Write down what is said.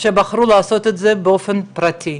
שבחרו לעשות את זה באופן פרטי.